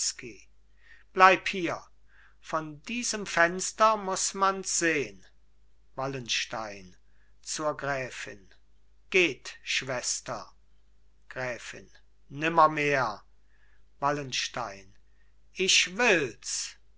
bleib hier von diesem fenster muß mans sehn wallenstein zur gräfin geht schwester gräfin nimmermehr wallenstein ich wills